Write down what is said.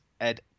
Ed